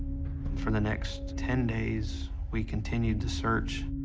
for the next ten days we continued to search.